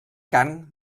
carn